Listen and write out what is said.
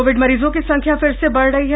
Covid मरीजों की संख्या फिर से बढ़ रही है